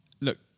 Look